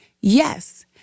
Yes